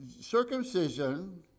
circumcision